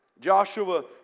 Joshua